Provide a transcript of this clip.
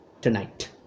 tonight